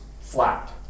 Flat